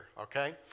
okay